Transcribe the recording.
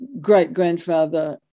great-grandfather